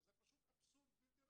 זה פשוט אבסורד בלתי רגיל.